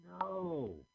No